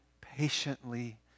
patiently